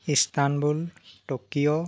Istanbul Tokyo